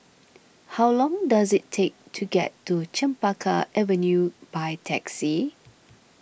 how long does it take to get to Chempaka Avenue by taxi